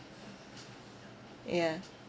yeah